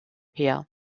her